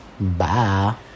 Bye